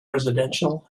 residential